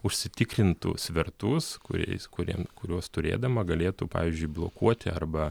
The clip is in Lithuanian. užsitikrintų svertus kuriais kuriem kuriuos turėdama galėtų pavyzdžiui blokuoti arba